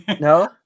no